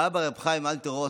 האבא, הרב חיים אלתר רוט,